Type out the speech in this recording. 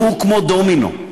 שהוא כמו דומינו.